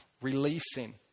releasing